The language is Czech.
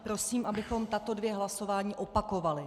Prosím, abychom tato dvě hlasování opakovali.